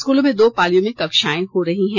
स्कूलों में दो पालियों में कक्षाएं हो रही हैं